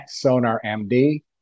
SonarMD